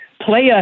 Playa